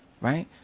right